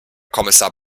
kommissar